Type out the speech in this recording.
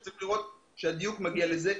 וצריך לראות אם הדיוק מגיע לזה.